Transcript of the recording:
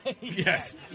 Yes